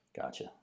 gotcha